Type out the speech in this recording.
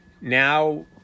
now